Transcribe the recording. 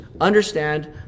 understand